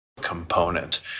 component